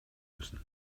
müssen